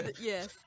Yes